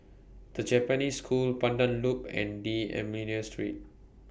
The Japanese School Pandan Loop and D'almeida Street